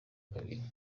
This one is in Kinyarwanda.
kabiri